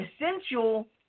essential